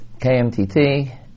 KMTT